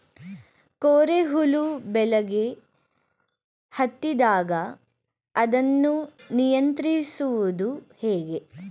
ಕೋರೆ ಹುಳು ಬೆಳೆಗೆ ಹತ್ತಿದಾಗ ಅದನ್ನು ನಿಯಂತ್ರಿಸುವುದು ಹೇಗೆ?